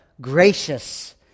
gracious